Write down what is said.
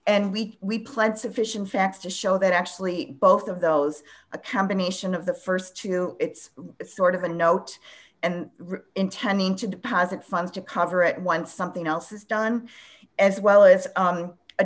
and we we pled sufficient facts to show that actually both of those a combination of the st two it's sort of a note and intending to deposit funds to cover at once something else is done as well as